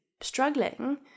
struggling